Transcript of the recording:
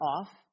off